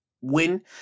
win